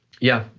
yeah,